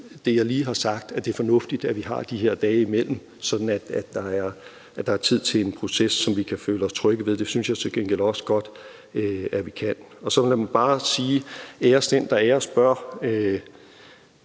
det, jeg lige har sagt, så er det fornuftigt, at vi har de her dage imellem, sådan at der er tid til en proces, som vi kan føle os trygge ved. Det synes jeg til gengæld også godt at vi kan. Lad mig så bare sige – æres den, der æres bør